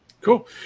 Cool